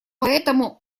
поэтому